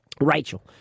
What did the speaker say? Rachel